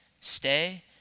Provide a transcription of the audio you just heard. stay